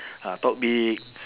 ah talk big